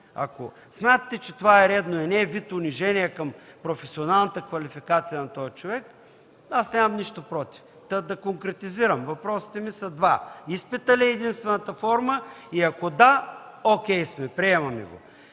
Ако смятате, че това е редно и не е вид унижение към професионалната квалификация на този човек, аз нямам нищо против. Да конкретизирам, въпросите ми са два: Изпитът ли е единствената форма и ако – да, окей сме, приемаме го.